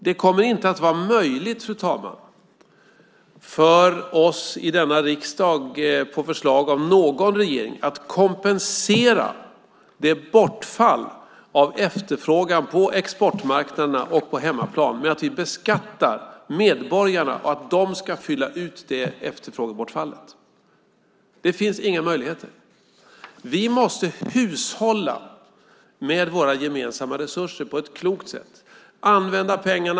Det kommer inte att vara möjligt för oss i denna riksdag att, på förslag från någon regering, kompensera bortfallet av efterfrågan på exportmarknaderna och på hemmaplan med att vi beskattar medborgarna så att de ska fylla ut det efterfrågebortfallet. Det finns inga möjligheter. Vi måste hushålla med våra gemensamma resurser på ett klokt sätt. Vi måste använda pengar.